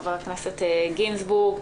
חבר הכנסת גינזבורג.